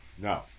No